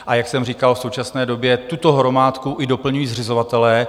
A jak jsem říkal, v současné době tuto hromádku i doplňují zřizovatelé.